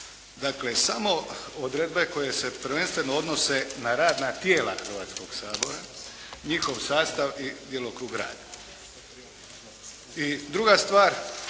dakle samo odredbe koje se prvenstveno odnose na radna tijela Hrvatskoga sabora, njihov sastav i djelokrug rada. I druga stvar,